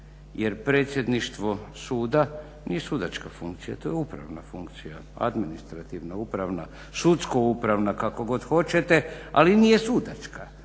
jer predsjedništvo suda nije sudačka funkcija, to je upravna funkcija, administrativna, upravna, sudsko-upravna kako god hoćete ali nije sudačka.